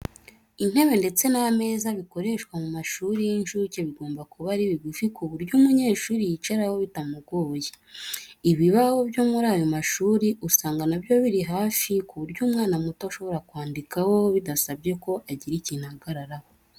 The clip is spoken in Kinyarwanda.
Intebe ndetse n'ameza bikoreshwa mu mashuri y'inshuke bigomba kuba ari bigufi ku buryo umunyeshuri yicaraho bitamugoye. Ibibaho byo muri ayo mashuri usanga na byo biri hafi ku buryo umwana muto ashobora kwandikaho bidasabye ko agira ikintu ahagararaho.